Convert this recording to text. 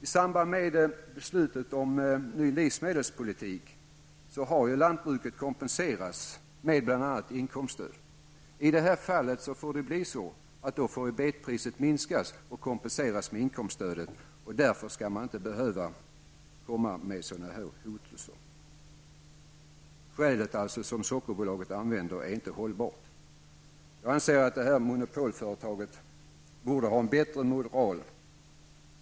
I samband med beslutet om ny livsmedelspolitik har ju lantbruket kompenserats med bl.a. inkomststöd. I det här fallet får väl betpriset minskas och kompenseras med inkomststödet. Därför skall man inte behöva komma med sådana här hotelser. Det skäl som Sockerbolaget anför är inte hållbart. Jag anser att detta monopolföretag borde ha en bättre moral.